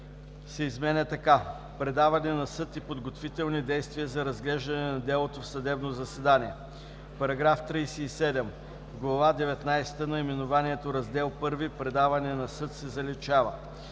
се изменя така: „Предаване на съд и подготвителни действия за разглеждане на делото в съдебно заседание”. § 37. В глава деветнадесета наименованието „Раздел І Предаване на съд“ се заличава.